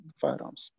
firearms